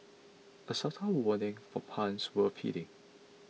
a subtle warning from Han worth heeding